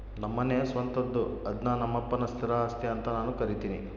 ನಮ್ಮನೆ ಸ್ವಂತದ್ದು ಅದ್ನ ನಮ್ಮಪ್ಪನ ಸ್ಥಿರ ಆಸ್ತಿ ಅಂತ ನಾನು ಕರಿತಿನಿ